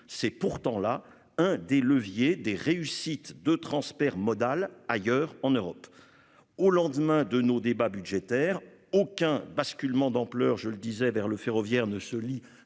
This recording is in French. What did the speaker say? c'est pourtant là un des leviers des réussites de transfert modal. Ailleurs en Europe. Au lendemain de nos débats budgétaires aucun basculement d'ampleur, je le disais, vers le ferroviaire ne se lit